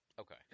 Okay